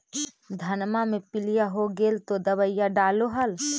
धनमा मे पीलिया हो गेल तो दबैया डालो हल?